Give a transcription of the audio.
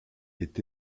est